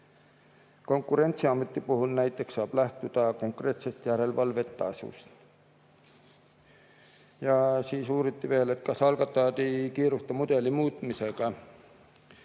Konkurentsiameti puhul saab näiteks lähtuda konkreetselt järelevalvetasust. Siis uuriti veel, ega algatajad ei kiirusta mudeli muutmisega,